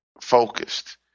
focused